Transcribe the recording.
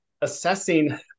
assessing